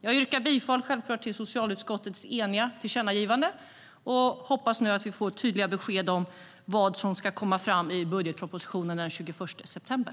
Jag yrkar självklart bifall till socialutskottets eniga tillkännagivande, och jag hoppas att vi nu får tydliga besked om vad som ska komma fram i budgetpropositionen den 21 september.